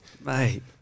Mate